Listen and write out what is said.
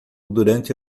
durante